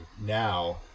now